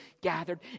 gathered